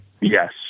Yes